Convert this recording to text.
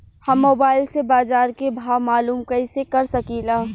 हम मोबाइल से बाजार के भाव मालूम कइसे कर सकीला?